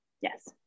Yes